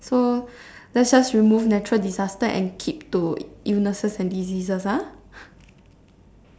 so let's just remove natural disasters and keep to illnesses and diseases ah